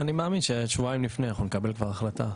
אני מאמין ששבועיים לפני אנחנו כבר נקבל החלטה.